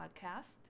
podcast